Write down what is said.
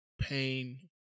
pain